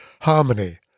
harmony